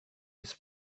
his